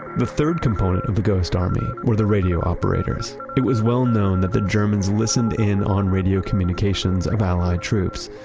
the third component of the ghost army were the radio operators. it was well known that the germans listened in on radio communications of allied troops.